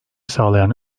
sağlayan